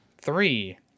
Three